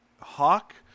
Hawk